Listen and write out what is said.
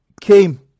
came